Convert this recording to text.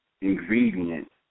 ingredient